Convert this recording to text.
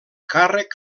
càrrec